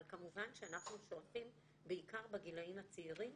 אבל כמובן שאנחנו שואפים בעיקר בגילאים הצעירים